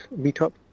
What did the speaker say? meetup